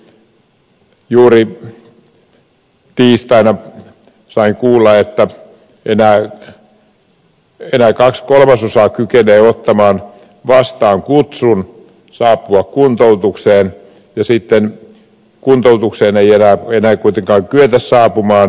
juuri tiistaina sain kuulla että enää kaksi kolmasosaa kykenee ottamaan vastaan kutsun saapua kuntoutukseen ja sitten kuntoutukseen ei enää kuitenkaan kyetä saapumaan